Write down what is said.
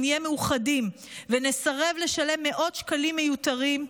אם נהיה מאוחדים ונסרב לשלם מאות שקלים מיותרים,